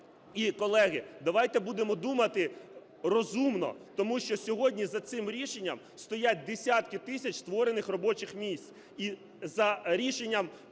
І, колеги, давайте будемо думати розумно. Тому що сьогодні за цим рішенням стоять десятки тисяч створених робочих місць. І за рішенням,